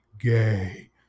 gay